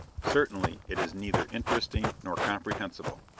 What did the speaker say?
certainly it is neither interesting nor comprehensible.